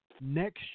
next